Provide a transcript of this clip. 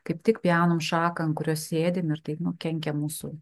kaip tik pjaunam šaką ant kurios sėdim ir tai nu kenkia mūsų